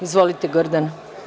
Izvolite, Gordana.